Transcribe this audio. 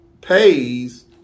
pays